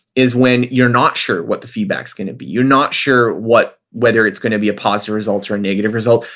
is when you're not sure what the feedback's going to be. you're not sure whether it's going to be a positive result or a negative result.